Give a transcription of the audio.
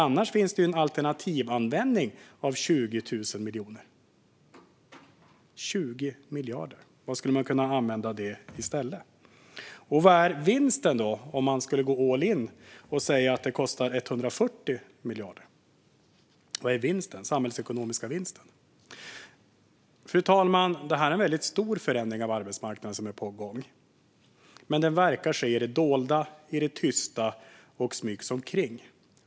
Annars finns det ju alternativ som man skulle kunna använda 20 000 miljoner - 20 miljarder - till i stället. Och vad är vinsten om man skulle gå all in och säga att det kostar 140 miljarder? Vad är den samhällsekonomiska vinsten? Fru talman! Detta är en väldigt stor förändring av arbetsmarknaden som är på gång. Men den verkar ske i det dolda och i det tysta. Den smygs omkring.